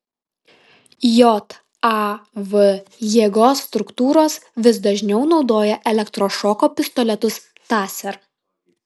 jav jėgos struktūros vis dažniau naudoja elektrošoko pistoletus taser